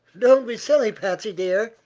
don't be silly, patsy dear,